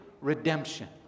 Redemption